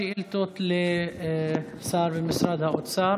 שאילתות לשר במשרד האוצר.